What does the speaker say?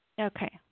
Okay